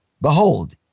behold